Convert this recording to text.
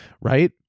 right